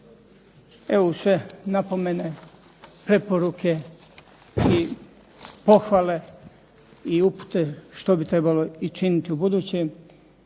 Evo uz sve napomene, preporuke i pohvale i upute što bi trebalo i činiti ubuduće,